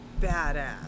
badass